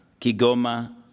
Kigoma